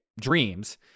dreams